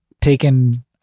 taken